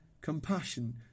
compassion